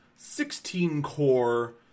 16-core